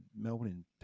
Melbourne